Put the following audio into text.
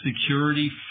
security